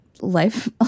life